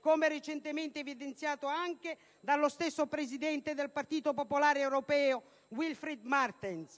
come recentemente evidenziato anche dallo stesso presidente del Partito popolare europeo, Wilfried Martens.